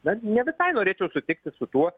na ne visai norėčiau sutikti su tuo